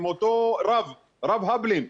עם הרב הבלין,